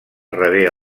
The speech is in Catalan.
rebé